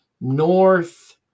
north